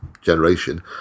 generation